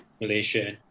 Malaysia